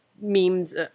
memes